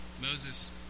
Moses